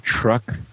truck